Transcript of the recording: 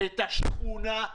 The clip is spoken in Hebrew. את השכונה,